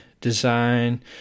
design